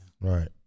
Right